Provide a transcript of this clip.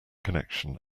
connection